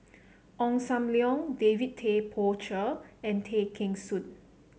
Ong Sam Leong David Tay Poey Cher and Tay Kheng Soon